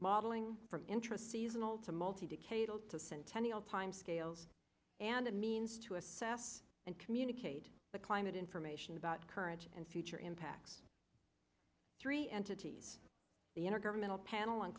modeling interest seasonal to multi decadal to centennial time scales and a means to assess and communicate the climate information about courage and future impacts three entities the intergovernmental panel